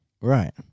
Right